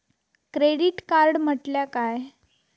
Credit card म्हटल्या काय?